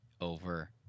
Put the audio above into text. over